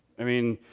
i mean,